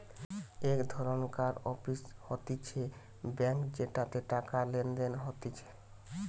এক ধরণকার অফিস হতিছে ব্যাঙ্ক যেটাতে টাকা লেনদেন হতিছে